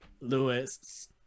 Lewis